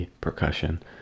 Percussion